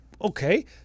okay